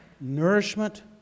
nourishment